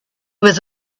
was